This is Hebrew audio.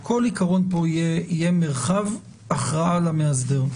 בכל עיקרון יהיה פה מרחב הכרעה למאסדר.